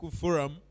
forum